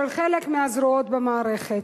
של חלק מהזרועות במערכת.